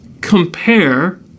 compare